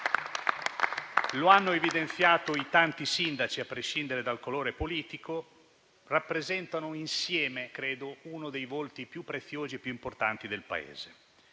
Lo hanno evidenziato i tanti sindaci, a prescindere dal colore politico, che rappresentano insieme, credo, uno dei volti più preziosi e più importanti del Paese.